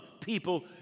people